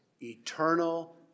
eternal